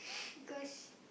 because